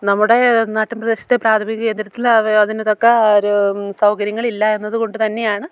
നമ്മുടെ നാട്ടിൻ പ്രദേശത്തെ പ്രാഥമിക കേന്ദ്രത്തിലവ അതിനിതൊക്കെ ഒരു സൗകര്യങ്ങളില്ല എന്നതുകൊണ്ട് തന്നെയാണ്